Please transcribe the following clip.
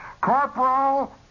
Corporal